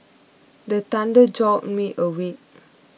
the thunder jolt me awake